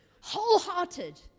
Wholehearted